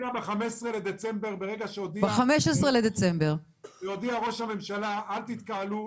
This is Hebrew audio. ב-15 בדצמבר 2021. ראש הממשלה הודיע אז "אל תתקהלו".